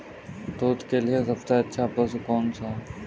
दूध के लिए सबसे अच्छा पशु कौनसा है?